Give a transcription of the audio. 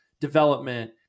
development